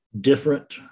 different